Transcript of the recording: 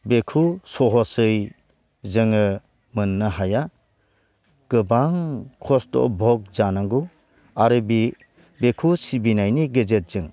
बेखौ सहसै जोङो मोननो हाया गोबां खस्थ' भग जानांगौ आरो बे बेखौ सिबिनायनि गेजेरजों